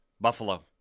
Buffalo